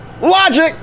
Logic